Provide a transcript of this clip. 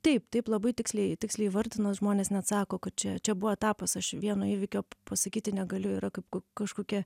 taip taip labai tiksliai tiksliai įvardinot žmonės net sako kad čia čia buvo etapas aš vieno įvykio pasakyti negaliu yra kaip ka kažkokia